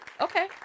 okay